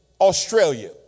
Australia